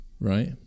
right